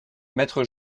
maître